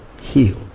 healed